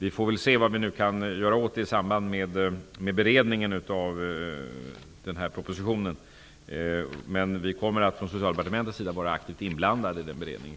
Vi får se vad som kan göras i samband med beredningen av propositionen. Men jag kan tala om att vi från Socialdepartementets sida kommer att vara aktivt inblandade i beredningen.